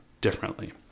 differently